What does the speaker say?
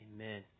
amen